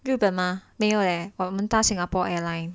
日本吗没有诶我们搭 ben ma mei you ei wo men da singapore airline